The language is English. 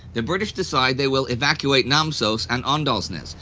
the british decide they will evacuate namsos and andalsnes,